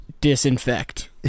Disinfect